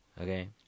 okay